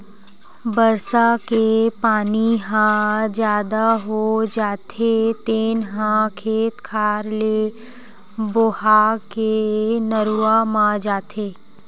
बरसा के पानी ह जादा हो जाथे तेन ह खेत खार ले बोहा के नरूवा म जाथे